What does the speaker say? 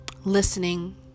listening